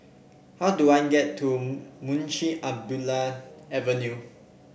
how do I get to Munshi Abdullah Avenue